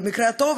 במקרה הטוב,